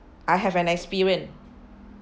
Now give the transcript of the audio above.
I have an experience